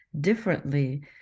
differently